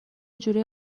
جورایی